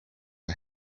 for